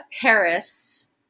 paris